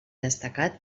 destacat